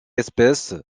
espèce